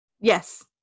Yes